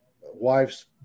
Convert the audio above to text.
wife's